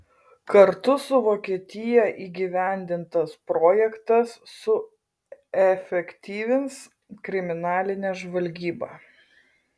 kartu su vokietija įgyvendintas projektas suefektyvins kriminalinę žvalgybą